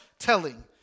telling